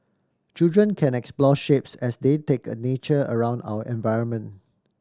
children can explore shapes as they take a nature around our environment